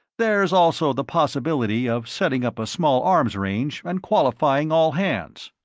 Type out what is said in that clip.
there's also the possibility of setting up a small arms range and qualifying all hands.